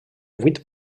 vuit